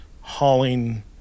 hauling